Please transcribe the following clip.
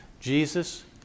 Jesus